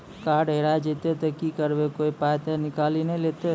Card हेरा जइतै तऽ की करवै, कोय पाय तऽ निकालि नै लेतै?